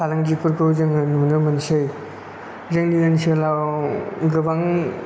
फालांगिफोरखौ जोङो नुनो मोनसै जोंनि ओनसोलाव गोबां